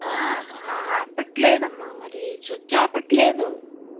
ఆపట్లేదమ్మా మరి స్విచ్ ఆపట్లేదు